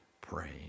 praying